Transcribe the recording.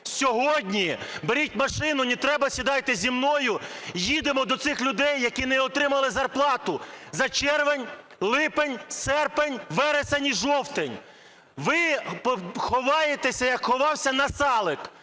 сьогодні, беріть машину, а треба, сідайте зі мною, їдемо до цих людей, які не отримали зарплату за червень, липень, серпень, вересень і жовтень. Ви ховаєтеся, як ховався Насалик.